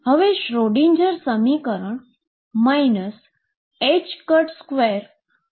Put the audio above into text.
હવે શ્રોડિંજર સમીકરણ 22mVxψEψ છે